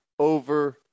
over